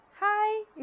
Hi